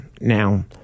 now